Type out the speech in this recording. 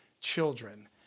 children